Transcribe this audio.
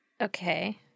Okay